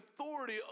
authority